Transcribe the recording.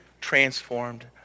transformed